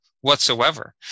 whatsoever